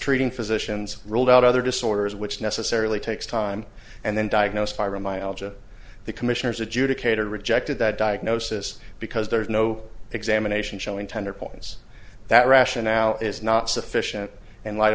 treating physicians ruled out other disorders which necessarily takes time and then diagnosed my alj of the commissioners adjudicator rejected that diagnosis because there was no examination showing tender points that rationale is not sufficient in light